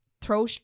throw